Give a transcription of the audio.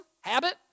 habit